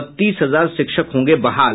बत्तीस हजार शिक्षक होंगे बहाल